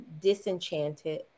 disenchanted